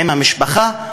עם המשפחה,